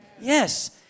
Yes